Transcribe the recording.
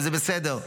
וזה בסדר.